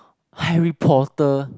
Harry-Potter